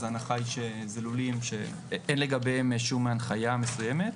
אז ההנחה היא שזה לולים שאין לגביהם שום הנחיה מסוימת.